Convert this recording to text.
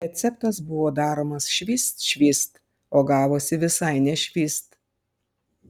receptas buvo daromas švyst švyst o gavosi visai ne švyst